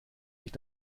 sich